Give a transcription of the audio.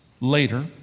later